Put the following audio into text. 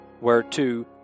whereto